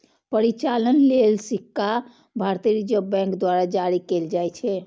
परिचालन लेल सिक्का भारतीय रिजर्व बैंक द्वारा जारी कैल जाइ छै